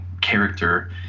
character